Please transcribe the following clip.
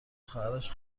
خواهرش